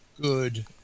good